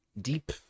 deep